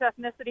ethnicity